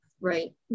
right